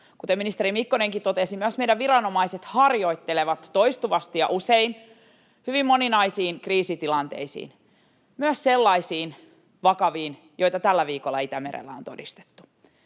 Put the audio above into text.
Kuten ministeri Mikkonenkin totesi, myös meidän viranomaiset harjoittelevat toistuvasti ja usein hyvin moninaisiin kriisitilanteisiin, myös sellaisiin vakaviin, joita tällä viikolla Itämerellä on todistettu.